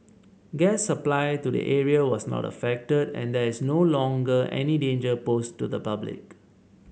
gas supply to the area was not affected and there is no longer any danger posed to the public